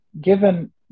given